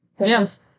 Yes